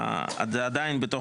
זה עדיין בתוך